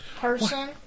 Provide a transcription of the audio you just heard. person